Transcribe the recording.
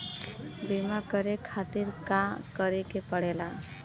बीमा करे खातिर का करे के पड़ेला?